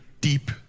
deep